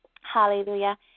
Hallelujah